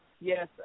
yes